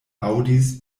aŭdis